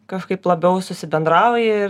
kažkaip labiau susibendrauja ir